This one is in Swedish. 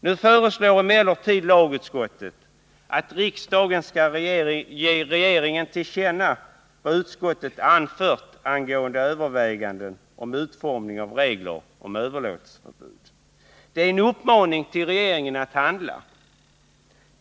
Nu föreslår emellertid lagutskottet att riksdagen skall ge regeringen till känna vad utskottet anfört angående överväganden om utformning av regler om överlåtelseförbud. Det är en uppmaning till regeringen att handla.